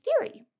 theory